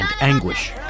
anguish